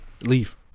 Leave